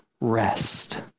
rest